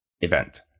event